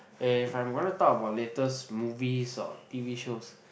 if I'm gonna talk about latest movies or t_v shows